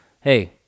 hey